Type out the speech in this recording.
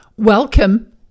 Welcome